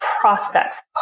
prospects